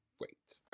wait